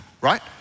right